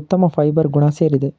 ಉತ್ತಮ ಫೈಬರ್ ಗುಣ ಸೇರಿದೆ